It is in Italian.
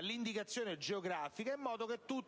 l'indicazione geografica in modo che tutto